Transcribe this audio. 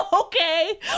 Okay